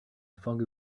foggy